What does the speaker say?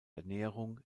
ernährung